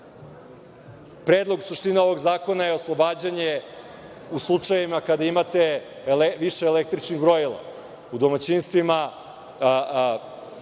Predlog suštine ovog zakona je oslobađanje u slučajevima kada imate više električnih brojila. U domaćinstvima